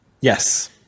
Yes